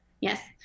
Yes